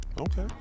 Okay